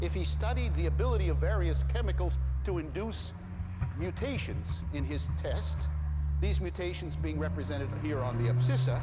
if he studied the ability of various chemicals to induce mutations in his test these mutations being represented here on the abscissa